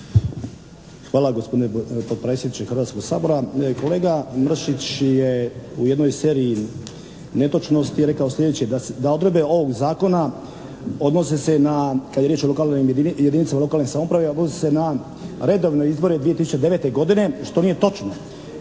Hvala gospodine potpredsjedniče Hrvatskog sabora. Kolega Mršić je u jednoj seriji netočnosti rekao sljedeće, da odredbe ovog zakona odnose se na kad je riječ o lokalnoj, jedinicama lokalne samouprave odnose se na redovne izbore 2009. godine što nije točno.